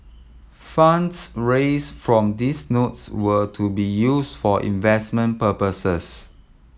funds raised from these notes were to be used for investment purposes